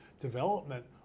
development